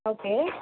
okay